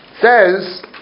says